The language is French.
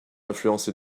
influencé